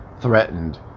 threatened